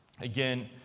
Again